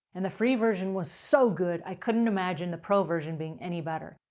and the free version was so good i couldn't imagine the pro version being any better.